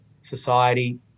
society